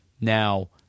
now